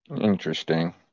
Interesting